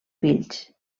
fills